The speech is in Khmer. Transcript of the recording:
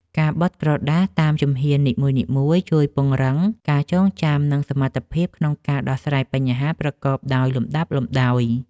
ការបត់ក្រដាសតាមជំហាននីមួយៗជួយពង្រឹងការចងចាំ និងសមត្ថភាពក្នុងការដោះស្រាយបញ្ហាប្រកបដោយលំដាប់លម្ដោយ។